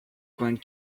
going